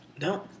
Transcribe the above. No